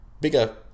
bigger